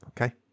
okay